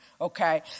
Okay